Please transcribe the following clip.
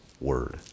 word